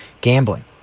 gambling